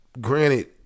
granted